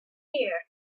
year